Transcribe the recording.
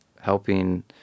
helping